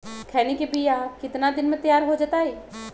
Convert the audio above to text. खैनी के बिया कितना दिन मे तैयार हो जताइए?